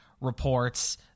reports